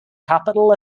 capital